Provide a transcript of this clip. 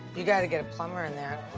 you gotta get a plumber in there.